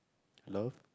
love